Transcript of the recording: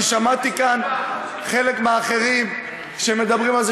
אני שמעתי כאן חלק מהאחרים שמדברים על זה